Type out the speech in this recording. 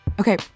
Okay